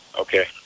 Okay